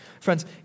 Friends